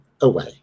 away